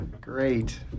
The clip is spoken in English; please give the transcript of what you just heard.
Great